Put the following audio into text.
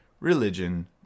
Religion